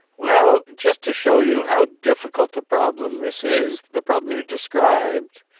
well, just to show you how difficult a problem this is, the problem you described,